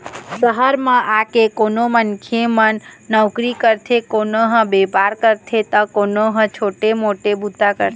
सहर म आके कोनो मनखे मन नउकरी करथे, कोनो ह बेपार करथे त कोनो ह छोटे मोटे बूता करथे